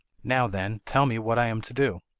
now, then, tell me what i am to do